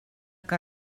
que